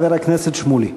ואחריו, חבר הכנסת שמולי.